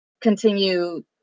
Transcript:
continue